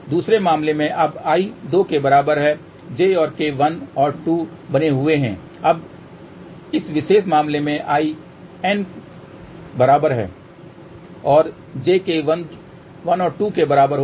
दूसरे मामला में अब i 2 के बराबर है j और k 1 और 2 बने हुए हैं और अब इस विशेष मामले में i N बराबर है और j k1 2 के बराबर होगा